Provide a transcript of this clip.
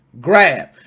grab